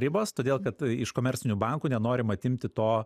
ribas todėl kad iš komercinių bankų nenorim atimti to